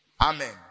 Amen